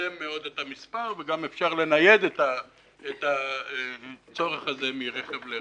לצמצם מאוד את המספר וגם אפשר לנייד את הצורך הזה מרכב לרכב.